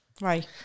Right